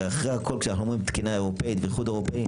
כשאנחנו אומרים תקינה אירופאית ואיחוד אירופאי